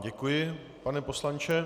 Děkuji vám, pane poslanče.